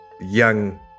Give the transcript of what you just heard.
young